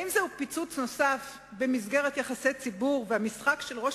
האם זהו פיצוץ נוסף במסגרת יחסי הציבור והמשחק של ראש